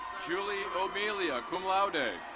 julie omelia cum laude.